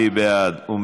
סעיף 2